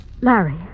Larry